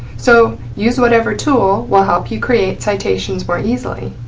so use whatever tool will help you create citations more easily,